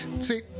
See